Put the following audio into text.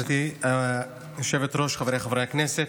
גברתי היושבת-ראש, חבריי חברי הכנסת,